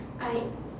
I